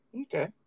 okay